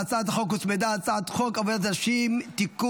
להצעת החוק הוצמדה הצעת חוק עבודת נשים (תיקון,